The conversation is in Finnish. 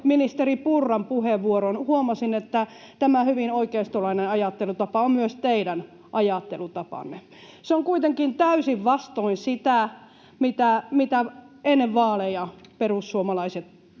ministeri Purran puheenvuoron, huomasin, että tämä hyvin oikeistolainen ajattelutapa on myös teidän ajattelutapanne. Se on kuitenkin täysin vastoin sitä, mitä ennen vaaleja perussuomalaiset